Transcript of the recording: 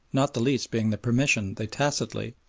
not the least being the permission they tacitly,